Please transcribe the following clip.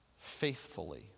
faithfully